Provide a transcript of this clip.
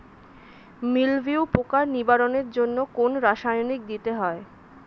মিলভিউ পোকার নিবারণের জন্য কোন রাসায়নিক দিতে হয়?